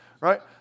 right